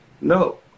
No